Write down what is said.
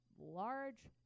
large